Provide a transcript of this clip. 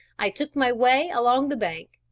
i took my way along the bank,